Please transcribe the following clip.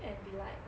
and be like